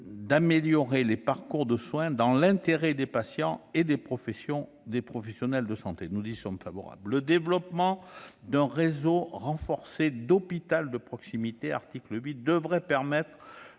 d'améliorer les parcours de soins dans l'intérêt des patients et des professionnels de santé- nous y sommes favorables. Le développement d'un réseau renforcé d'hôpitaux de proximité- c'est l'objet de l'article 8 -devrait permettre